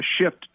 shift